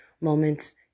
moments